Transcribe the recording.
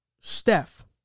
Steph